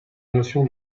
notion